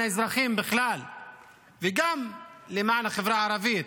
האזרחים בכלל וגם למען החברה הערבית.